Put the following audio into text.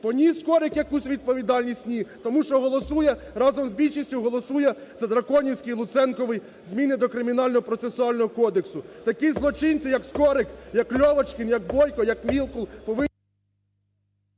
Поніс Скорик якусь відповідальність? Ні, тому що голосує разом із більшістю, голосує за драконівські Луценкові зміни о Кримінально-процесуального кодексу. Такі злочинці як Скорик, як Льовочкін, як Бойко, як Вілкул повинні...